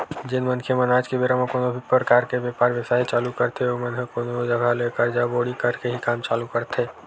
जेन मनखे मन आज के बेरा म कोनो भी परकार के बेपार बेवसाय चालू करथे ओमन ह कोनो जघा ले करजा बोड़ी करके ही काम चालू करथे